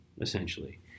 essentially